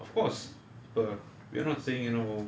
of course we are not saying you know